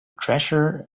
treasure